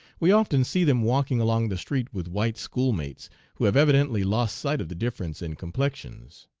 we often see them walking along the street with white schoolmates who have evidently lost sight of the difference in complexions.